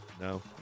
No